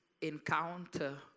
encounter